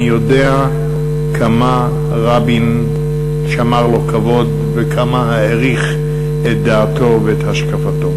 אני יודע כמה רבין שמר לו כבוד וכמה העריך את דעתו ואת השקפתו.